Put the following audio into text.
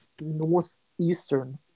Northeastern